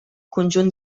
conjunt